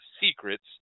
secrets